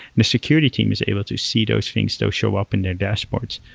the security team is able to see those things. they'll show up in their dashboards.